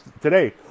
today